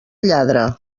lladra